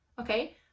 okay